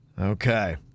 okay